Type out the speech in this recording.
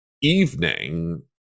evening